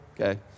okay